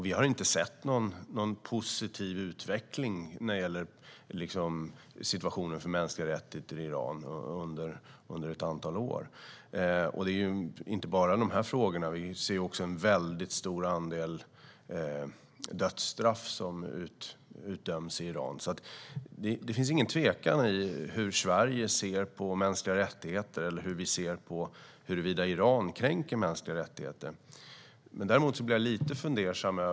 Vi har inte sett någon positiv utveckling när det gäller situationen för mänskliga rättigheter i Iran under ett antal år. Det handlar inte bara om de här frågorna, utan vi ser också att väldigt många dödsstraff utdöms i Iran. Det finns ingen tvekan om hur Sverige ser på mänskliga rättigheter eller hur vi ser på huruvida Iran kränker mänskliga rättigheter.